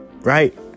right